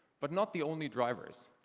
but not the only drivers.